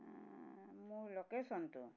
মোৰ লোকেশ্য়নটো